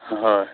হয়